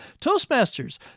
Toastmasters